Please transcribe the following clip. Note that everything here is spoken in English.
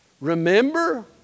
Remember